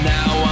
Now